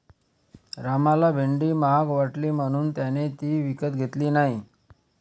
रामला भेंडी महाग वाटली म्हणून त्याने ती विकत घेतली नाही